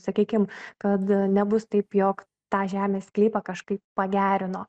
sakykim kad nebus taip jog tą žemės sklypą kažkaip pagerino